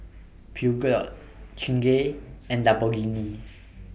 Peugeot Chingay and Lamborghini